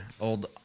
old